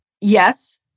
yes